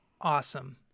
awesome